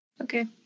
Okay